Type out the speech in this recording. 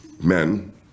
men